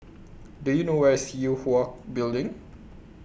Do YOU know Where IS Yue Hwa Building